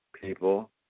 people